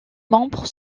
membres